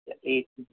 एक